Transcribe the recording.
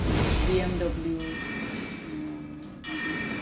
BMW मागीर